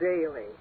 daily